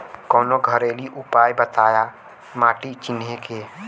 कवनो घरेलू उपाय बताया माटी चिन्हे के?